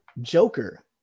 Joker